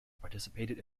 participated